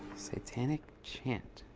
satanic chant.